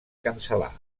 cancel·lar